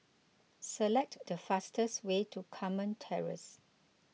select the fastest way to Carmen Terrace